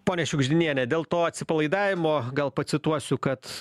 ponia šiugždiniene dėl to atsipalaidavimo gal pacituosiu kad